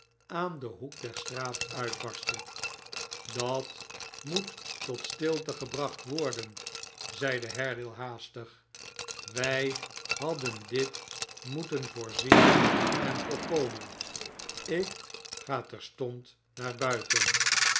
aan den hoek ler straat uitbarstte dat moet tot stilte gebracht worden zeide haredale haastig wij hadden dit moeten voorzien en voorkomen ik ga terstond uiaar buiten